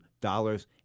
dollars